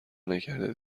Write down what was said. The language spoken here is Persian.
نکرده